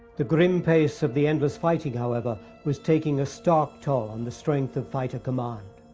the grim pace of the endless fighting however was taking a stark toll on the strength of fighter command.